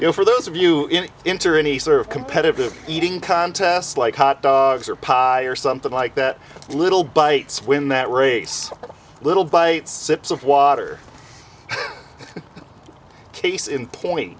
you know for those of you enter any sort of competitive eating contest like hot dogs or pie or something like that little bites win that race little bite sips of water case in point